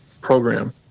Program